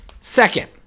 Second